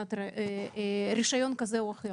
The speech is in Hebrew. בנתינת רישיון, זה חובה.